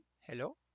hello